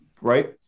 right